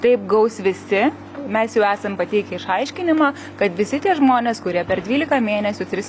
taip gaus visi mes jau esam pateikę išaiškinimą kad visi tie žmonės kurie per dvylika mėnesių tris